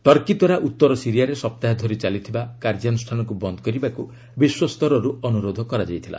Turkey ଦ୍ୱାରା ଉତ୍ତର ସିରିଆରେ ସପ୍ତାହେ ଧରି ଚାଲିଥିବା କାର୍ଯ୍ୟାନୁଷ୍ଠାନକୁ ବନ୍ଦ କରିବାକୁ ବିଶ୍ୱ ସ୍ତରରୁ ଅନୁରୋଧ କରାଯାଇଥିଲା